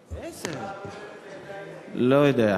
אמרו שהיו עזים בממשלה הקודמת, לא יודע.